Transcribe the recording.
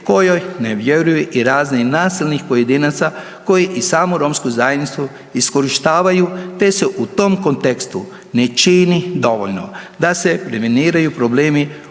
kojoj ne vjeruju i raznih nasilnih pojedinaca koji i samu romsku zajednicu iskorištavaju te se u tom kontekstu ne čini dovoljno da se preveniraju problemi